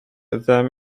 them